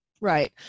Right